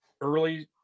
early